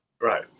Right